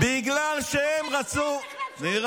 תגיד לי.